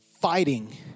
fighting